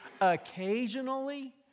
occasionally